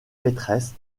maîtresse